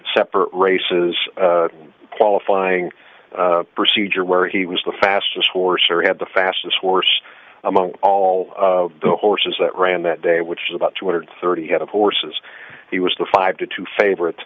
separate races qualifying procedure where he was the fastest horse or had the fastest horse among all the horses that ran that day which is about two hundred and thirty head of horses he was the five to two favorite